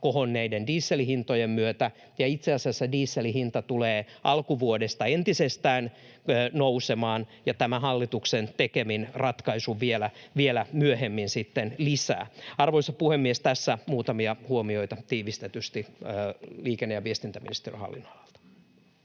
kohonneen dieselin hinnan myötä, ja itse asiassa dieselin hinta tulee alkuvuodesta entisestään nousemaan ja tämän hallituksen tekemin ratkaisuin myöhemmin sitten vielä lisää. Arvoisa puhemies! Tässä muutamia huomioita tiivistetysti liikenne‑ ja viestintäministeriön hallinnonalalta.